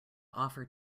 offer